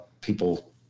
people